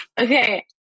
Okay